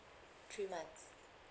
three months